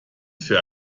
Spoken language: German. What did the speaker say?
für